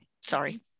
Sorry